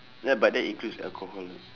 ya but that includes alcohol